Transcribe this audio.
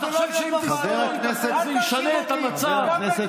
אתה החלטת, אתה החלטת לשבת בבית לנוח, חבר הכנסת